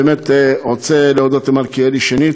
אני באמת רוצה להודות למלכיאלי שנית.